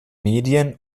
medien